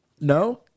No